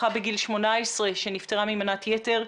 שנפטרה בגיל 18 ממנת יתר.